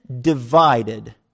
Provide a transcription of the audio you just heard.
divided